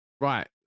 Right